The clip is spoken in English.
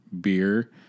beer